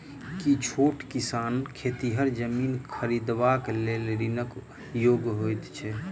की छोट किसान खेतिहर जमीन खरिदबाक लेल ऋणक योग्य होइ छै?